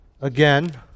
again